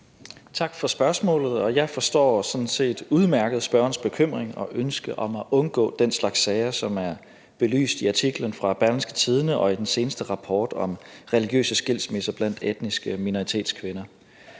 Tak for spørgsmålet. Jeg forstår sådan set udmærket spørgerens bekymring og ønske om at undgå den slags sager, som er belyst i artiklen fra Berlingske og i den seneste rapport om religiøse skilsmisser blandt etniske minoritetskvinder.